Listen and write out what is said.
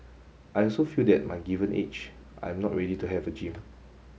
I also feel that my given age I'm not ready to have a gym